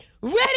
ready